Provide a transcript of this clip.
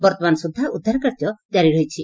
ବର୍ଉମାନ ସୁଦ୍ଧା ଉଦ୍ଧାରକାର୍ଯ୍ୟ ଜାରି ରହିଛି